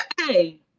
hey